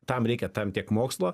tam reikia tam tiek mokslo